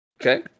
Okay